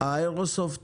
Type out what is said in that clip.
האיירסופט